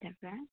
তাৰপৰা